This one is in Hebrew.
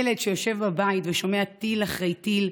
ילד שיושב בבית ושומע טיל אחרי טיל,